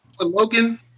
Logan